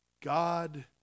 God